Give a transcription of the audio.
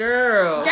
Girl